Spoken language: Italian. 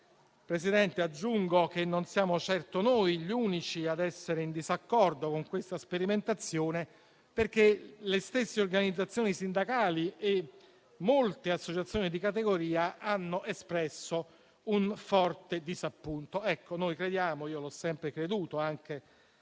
Presidente, aggiungo che non siamo certo noi gli unici ad essere in disaccordo con questa sperimentazione, perché le stesse organizzazioni sindacali e molte associazioni di categoria hanno espresso un forte disappunto. Anche nella fase della mia vita in